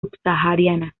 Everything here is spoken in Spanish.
subsahariana